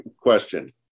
question